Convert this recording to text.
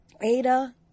Ada